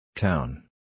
Town